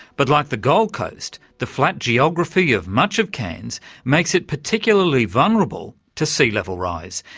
but like the gold coast, the flat geography of much of cairns makes it particularly vulnerable to sea-level rise.